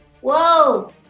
Whoa